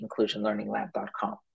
inclusionlearninglab.com